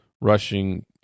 rushing